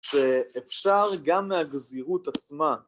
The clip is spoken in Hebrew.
שאפשר גם מהגזירות עצמה